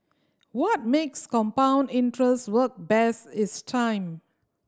what makes compound interest work best is time